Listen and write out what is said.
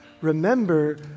Remember